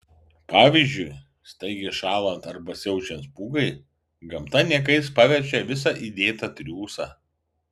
pavyzdžiui staigiai šąlant arba siaučiant pūgai gamta niekais paverčia visą įdėtą triūsą